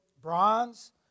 bronze